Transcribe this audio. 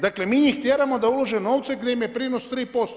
Dakle, mi njih tjeramo da ulože novce gdje im je prinos 3%